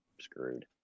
screwed